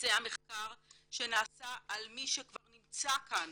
ביצע מחקר שנעשה על מי שכבר נמצא כאן,